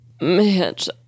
Mitch